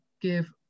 give